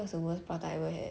that's the worst prata I ever had